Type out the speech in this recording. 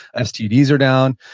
stds are down.